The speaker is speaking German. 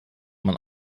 man